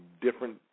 different